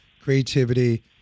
creativity